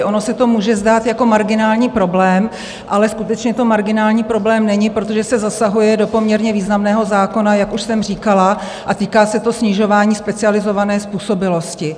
Ono se to může zdát jako marginální problém, ale skutečně to marginální problém není, protože se zasahuje do poměrně významného zákona, jak už jsem říkala, a týká se to snižování specializované způsobilosti.